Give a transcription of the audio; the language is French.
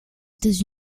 états